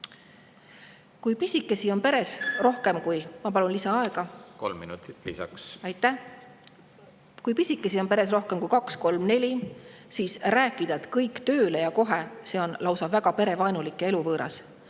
Kui pisikesi on peres rohkem kui … Ma palun lisaaega. Kolm minutit lisaks. Aitäh! Kui pisikesi on peres rohkem kui kaks, näiteks kolm või neli, siis rääkida, et kõik tööle, ja kohe – see on lausa väga perevaenulik ja eluvõõras.